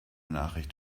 nachricht